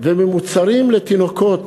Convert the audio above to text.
ומוצרים לתינוקות.